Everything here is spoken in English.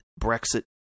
Brexit